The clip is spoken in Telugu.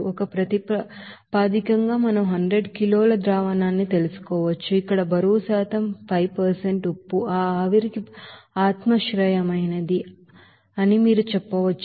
ఒక ప్రాతిపదికగా మనం 100 కిలోల లిక్విడ్ న్ని తీసుకోవచ్చు ఇక్కడ బరువు శాతంలో 5 ఉప్పు ఆ ఆవిరికి ఆత్మాశ్రయమైనది అని మీరు చెప్పవచ్చు